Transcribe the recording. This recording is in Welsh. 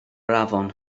afon